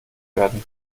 werden